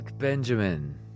Benjamin